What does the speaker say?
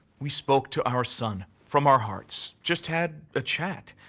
we spoke to our son from our hearts, just had a chat.